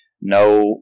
no